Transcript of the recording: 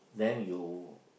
then you